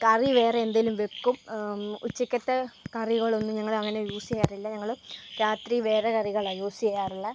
കറി വേറെ എന്തെങ്കിലും വെക്കും ഉച്ചക്കത്തെ കറികളൊന്നും ഞങ്ങളങ്ങനെ യൂസ് ചെയ്യാറില്ല ഞങ്ങൾ രാത്രി വേറെ കറികളാ യൂസ് ചെയ്യാറുള്ളെ